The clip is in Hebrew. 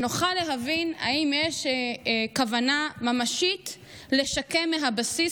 שנוכל להבין אם יש כוונה ממשית לשקם מהבסיס